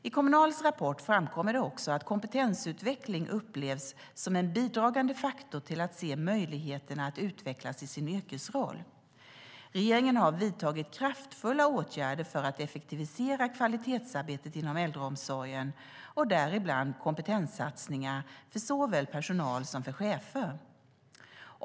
I Kommunals rapport framkommer det också att kompetensutveckling upplevs som en bidragande faktor till att se möjligheterna att utvecklas i sin yrkesroll. Regeringen har vidtagit kraftfulla åtgärder för att effektivisera kvalitetsarbetet inom äldreomsorgen och däribland kompetenssatsningar för såväl personal som chefer.